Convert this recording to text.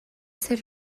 ser